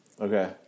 Okay